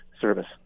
service